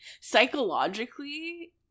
Psychologically